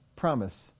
promise